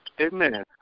amen